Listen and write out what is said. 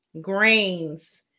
grains